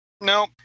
no